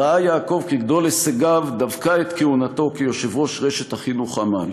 ראה יעקב כגדול הישגיו דווקא את כהונתו כיושב-ראש רשת החינוך "עמל".